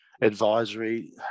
advisory